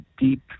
deep